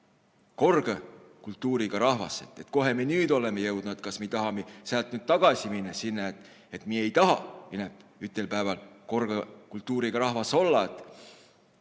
korgõ kultuuriga rahvas. Kohe mi nüüd olõmi jõudnu? Kas mi tahami säält nüid tagasi minnä sinnä, et mi ei taha inämb ütel pääväl korgõ kultuuriga rahvas olla?